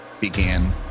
began